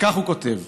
וכך הוא כותב: